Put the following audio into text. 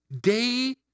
day